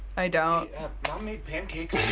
i don't. mom made pancakes.